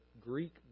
Greek